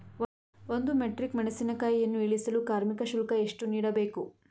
ಒಂದು ಮೆಟ್ರಿಕ್ ಮೆಣಸಿನಕಾಯಿಯನ್ನು ಇಳಿಸಲು ಕಾರ್ಮಿಕ ಶುಲ್ಕ ಎಷ್ಟು ನೀಡಬೇಕು?